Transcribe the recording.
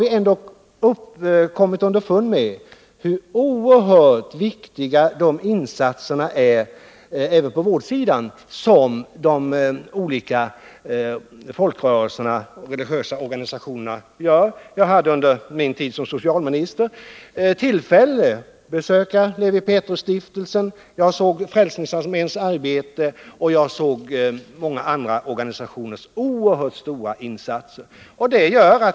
Vi har kommit underfund med hur viktigt det är med de insatser — och det gäller också insatserna på vårdsidan — som görs av de olika folkrörelserna och de olika religiösa organisationerna. Under min tid som socialminister hade jag tillfälle att besöka Lewi Pethrus-stiftelsen. Jag fick också inblick i Frälsningsarméns arbete. Vidare fick jag klart för mig vilka stora insatser många andra organisationer gör på detta område.